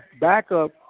backup